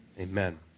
amen